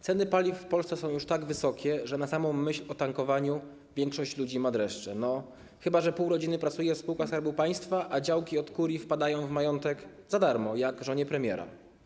Ceny paliw w Polsce są już tak wysokie, że na samą myśl o tankowaniu większość ludzi ma dreszcze, chyba że pół rodziny pracuje w spółkach Skarbu Państwa, a działki od kurii wpadają do majątku za darmo, jak żonie premiera.